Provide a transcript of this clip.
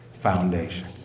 foundation